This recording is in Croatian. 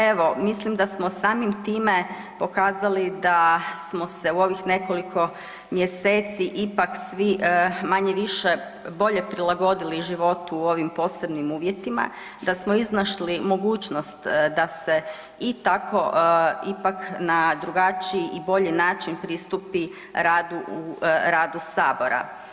Evo, mislim da smo samim time pokazali da smo se u ovih nekoliko mjeseci ipak svi manje-više bolje prilagodili životu u ovim posebnim uvjetima, da smo iznašli mogućnost da se i tako ipak na drugačiji i bolji način pristupi radu u radu sabora.